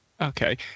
Okay